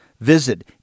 Visit